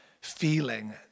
feeling